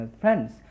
friends